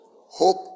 Hope